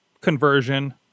conversion